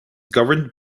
governed